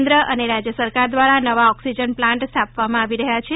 કેન્દ્ર અને રાજ્ય સરકાર દ્વારા નવા ઓક્સિજન પ્લાન્ટ સ્થાપવામાં આવી રહ્યા છે